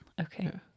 okay